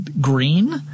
green